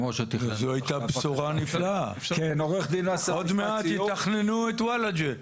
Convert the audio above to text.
זו הייתה בשורה נפלאה, עוד מעט יתכננו את וולאג'ה.